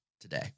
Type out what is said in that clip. today